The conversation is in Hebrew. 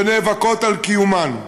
שנאבקות על קיומן.